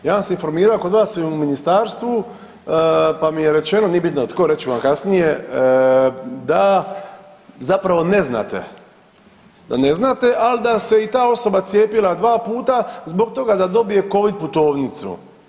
Ja sam se informirao i kod vas u ministarstvu pa mi je rečeno nije bitno tko reći ću vam kasnije da zapravo ne znate, da ne znate, ali da se i ta osoba cijepila 2 puta zbog toga da dobije Covid putovnicu.